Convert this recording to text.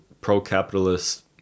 pro-capitalist